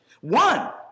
One